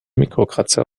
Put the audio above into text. mikrokratzer